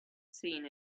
seen